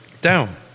down